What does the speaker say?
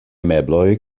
mebloj